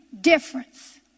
difference